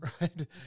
right